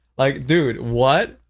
like, dude, what?